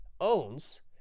owns